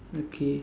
okay